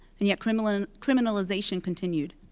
and yet criminalization criminalization continued.